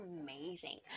amazing